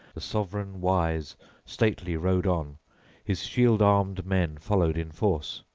the sovran wise stately rode on his shield-armed men followed in force.